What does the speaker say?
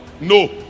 no